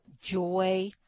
joy